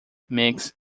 mix